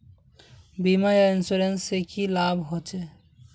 बीमा या इंश्योरेंस से की लाभ होचे?